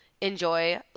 enjoy